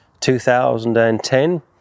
2010